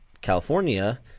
California